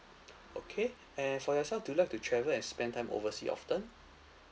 okay and for yourself do you like to travel and spend time oversea often